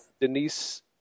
Denise